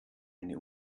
eine